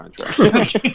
contract